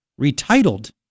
retitled